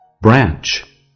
Branch